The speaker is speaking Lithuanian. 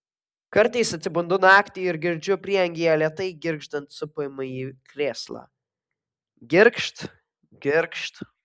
kartais atsibundu naktį ir girdžiu prieangyje lėtai girgždant supamąjį krėslą girgžt girgžt